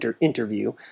interview